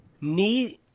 Need